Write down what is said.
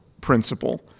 principle